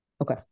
Okay